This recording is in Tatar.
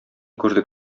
күрдек